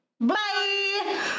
Bye